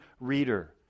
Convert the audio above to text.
reader